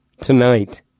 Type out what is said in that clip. tonight